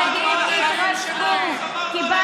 שמרנו